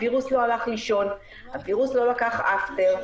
הווירוס לא הלך לישון, הווירוס לא לקח אפטר,